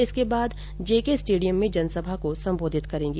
इसके बाद JK stadium में जनसभा को संबोधित करेंगी